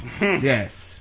Yes